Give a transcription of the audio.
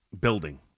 building